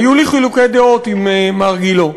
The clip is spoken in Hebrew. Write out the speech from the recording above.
היו לי חילוקי דעות עם מר גילה.